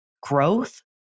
growth